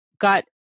got